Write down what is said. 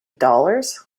dollars